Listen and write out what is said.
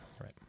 right